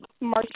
March